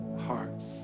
hearts